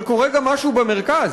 אבל קורה גם משהו במרכז,